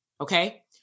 okay